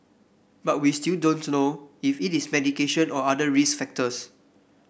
but we still don't know if it is medication or other risk factors